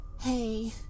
Hey